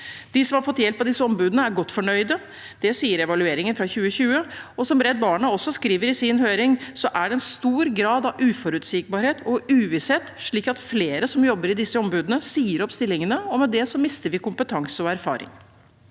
De som har fått hjelp av disse ombudene, er godt fornøyd. Det sier evalueringen fra 2020, men som Redd Barna skriver i sitt høringsinnspill, er det en stor grad av uforutsigbarhet og uvisshet, slik at flere som jobber i disse ombudene, sier opp stillingene sine, og med det mister vi kompetanse og erfaring.